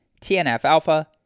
TNF-alpha